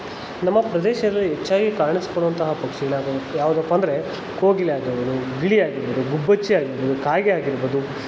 ನಮ್ಮ ಪ್ರದೇಶದಲ್ಲಿ ಹೆಚ್ಚಾಗಿ ಕಾಣಿಸ್ಕೊಳ್ಳುವಂತಹ ಪಕ್ಷಿಗಳು ಯಾವ್ದು ಯಾವುದಪ್ಪಾ ಅಂದರೆ ಕೋಗಿಲೆ ಆಗಿರ್ಬೋದು ಗಿಳಿ ಆಗಿರ್ಬೋದು ಗುಬ್ಬಚ್ಚಿ ಆಗಿರ್ಬೋದು ಕಾಗೆ ಆಗಿರ್ಬೋದು